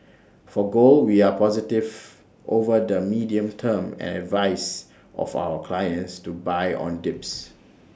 for gold we are positive over the medium term and advise of our clients to buy on dips